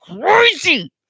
crazy